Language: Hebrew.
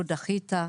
לא דחית,